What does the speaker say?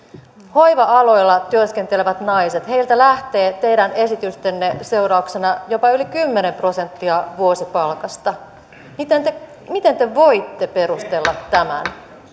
hoiva aloilla työskenteleviltä naisilta lähtee teidän esitystenne seurauksena jopa yli kymmenen prosenttia vuosipalkasta miten te miten te voitte perustella tämän